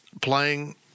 playing